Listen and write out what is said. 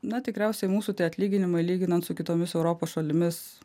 na tikriausiai mūsų atlyginimai lyginant su kitomis europos šalimis